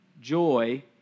joy